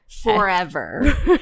Forever